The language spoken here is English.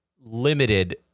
limited